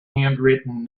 handwritten